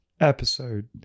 episode